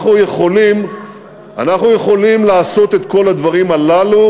אנחנו יכולים לעשות את כל הדברים הללו